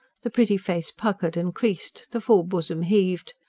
the pretty face puckered and creased the full bosom heaved.